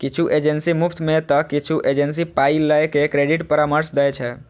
किछु एजेंसी मुफ्त मे तं किछु एजेंसी पाइ लए के क्रेडिट परामर्श दै छै